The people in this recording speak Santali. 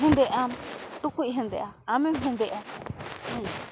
ᱦᱮᱸᱫᱮᱜ ᱟᱢ ᱴᱩᱠᱩᱡ ᱦᱮᱸᱫᱮᱜᱼᱟ ᱟᱢᱮᱢ ᱦᱮᱸᱫᱮᱜᱼᱟ ᱦᱮᱸ